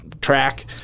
track